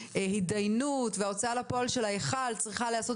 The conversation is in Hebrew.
ההתדיינות וההוצאה לפועל של ההיכל צריכה להיעשות